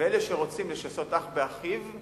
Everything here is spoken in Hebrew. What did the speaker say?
ואלה שרוצים לשסות אח באחיו,